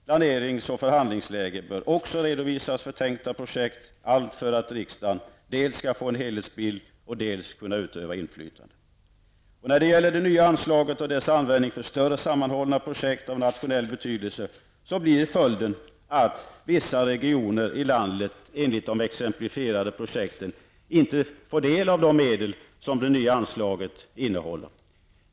Planerings och förhandlingsläge bör också redovisas för tänkta projekt, allt för att riksdagen dels skall få en helhetsbild, dels kunna utöva inflytande. När det gäller det nya anslaget och dess användning för större sammanhållna projekt av nationell betydelse blir följden att vissa regioner i landet, enligt de exemplifierade projekten, inte får del av de medel som det nya anslaget innehållet.